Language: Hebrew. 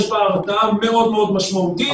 יש בה הרתעה מאוד מאוד משמעותית.